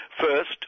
First